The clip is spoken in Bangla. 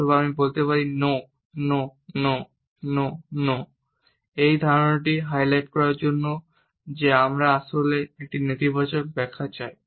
অথবা আমি বলতে পারি "no no no no no" এই ধারণাটি হাইলাইট করার জন্য যে আমি আসলে এখানে একটি নেতিবাচক ব্যাখ্যা চাই